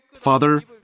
Father